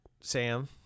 Sam